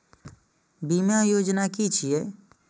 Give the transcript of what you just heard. बीमा योजना कि छिऐ?